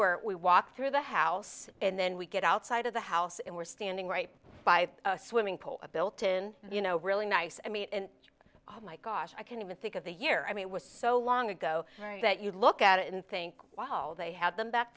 were we walk through the house and then we get outside of the house and we're standing right by a swimming pool built in you know really nice and neat and oh my gosh i can't even think of the year i mean it was so long ago that you look at it and think wow they have them back